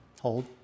Hold